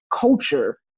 culture